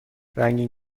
رنگین